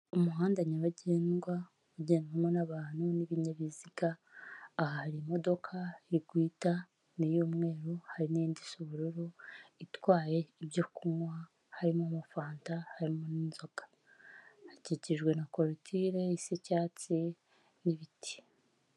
Umuhanda nyabagendwa, ugendwamo n'abantu n'ibinyabiziga, aha hari imodoka iri guhita ni iy'umweru hari n'indi isa ubururu itwaye ibyo kunywa harimo fanta harimo n'inzoga, hakikijwe na korotire isa icyatsi n'ibiti.